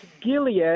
Gilead